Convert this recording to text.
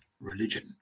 religion